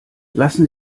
lassen